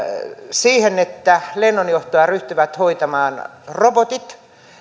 siihen että lennonjohtoa ryhtyvät hoitamaan robotit